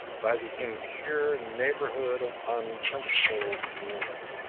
by the impure neighborhood of unprincipled men,